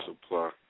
supply